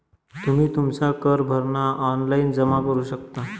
तुम्ही तुमचा कर भरणा ऑनलाइन जमा करू शकता